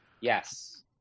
yes